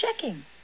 checking